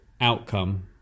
outcome